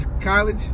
college